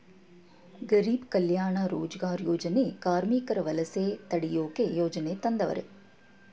ಗಾರೀಬ್ ಕಲ್ಯಾಣ ರೋಜಗಾರ್ ಯೋಜನೆ ಕಾರ್ಮಿಕರ ವಲಸೆ ತಡಿಯೋಕೆ ಯೋಜನೆ ತಂದವರೆ